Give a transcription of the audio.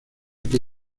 que